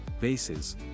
vases